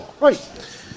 Right